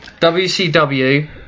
WCW